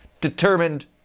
Determined